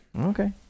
Okay